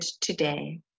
today